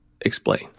Explain